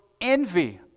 envy